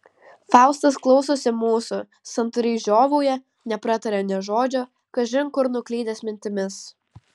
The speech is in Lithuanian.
faustas klausosi mūsų santūriai žiovauja neprataria nė žodžio kažin kur nuklydęs mintimis